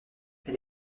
elle